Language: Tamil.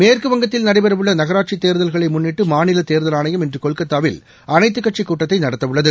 மேற்குவங்கத்தில் நடைபெறவுள்ள நகராட்சி தேர்தல்களை முன்னிட்டு மாநில தேர்தல் ஆணையம் இன்று கொல்கத்தாவில் அனைத்துக்கூட்சி கூட்டத்தை நடத்தவுள்ளது